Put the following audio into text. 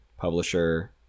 publisher